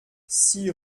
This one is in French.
six